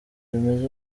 bimeze